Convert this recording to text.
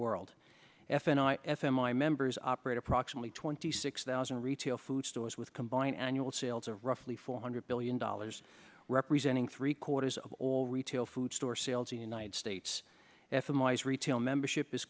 world f n i f m i members operate approximately twenty six thousand retail food stores with combine annual sales of roughly four hundred billion dollars representing three quarters of all retail food store sales the united states f m y s retail membership is